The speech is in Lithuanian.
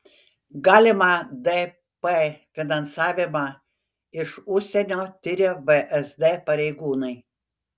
galimą dp finansavimą iš užsienio tiria vsd pareigūnai